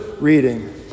reading